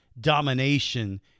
domination